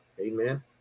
Amen